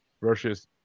versus